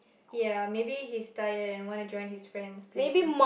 ya maybe he's tired and want to join his friends playing